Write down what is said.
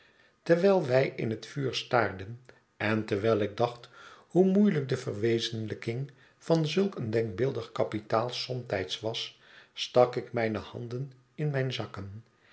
terwijl wij in het vuur staarden en terwijl ik dacht hoe moeielijk de verwezenlijking van zulk een denkbeeldig kapitaal somtijds was stak ik mijne handen in mijne zakken